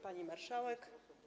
Pani Marszałek!